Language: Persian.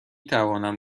توانم